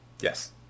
Yes